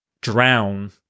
drown